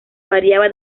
variaba